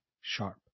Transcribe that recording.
sharp